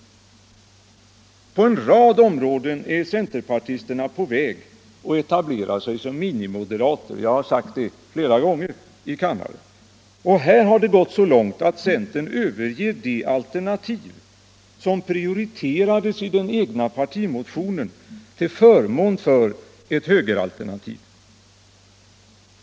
På en rad områden är centerpartisterna på väg att etablera sig som minimoderater — jag har sagt det flera gånger i kammaren. Och här har det gått så långt att centern överger det alternativ som prioriterades i den egna partimotionen till förmån för ett högeralternativ.